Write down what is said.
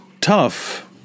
tough